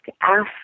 ask